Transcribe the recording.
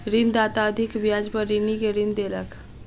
ऋणदाता अधिक ब्याज पर ऋणी के ऋण देलक